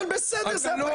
אבל בסדר, זה הפרקליטות.